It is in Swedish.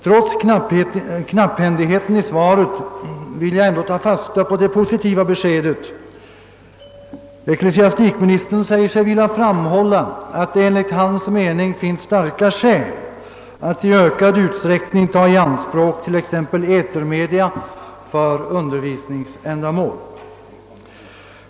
Trots knapphändigheten i svaret vill jag ta fasta på det positiva i beskedet: ecklesiastikministern säger att det enligt hans mening finns starka skäl för att i ökad utsträckning ta i anspråk t.ex. etermedia för undervisningsändamål.